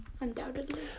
Undoubtedly